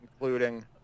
including